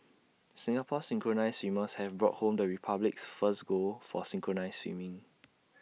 Singapore's synchronised swimmers have brought home the republic's first gold for synchronised swimming